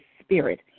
Spirit